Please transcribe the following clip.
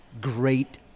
great